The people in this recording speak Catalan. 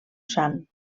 sant